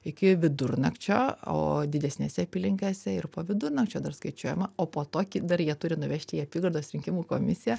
iki vidurnakčio o didesnėse apylinkėse ir po vidurnakčio dar skaičiuojama o po to ki dar jie turi nuvežti į apygardos rinkimų komisiją